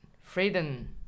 freedom